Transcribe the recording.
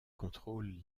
contrôle